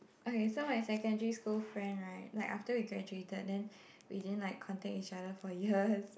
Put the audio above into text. okay so my secondary school friend right like after we graduated then we didn't like contact each other for years